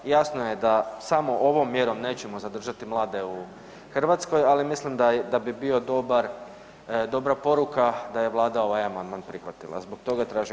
Jasno je da samo ovom mjerom nećemo zadržati mlade u Hrvatskoj, ali mislim da bi bila dobra poruka da je Vlada ovaj amandman prihvatila, zbog toga tražim